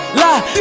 lie